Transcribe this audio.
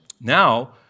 Now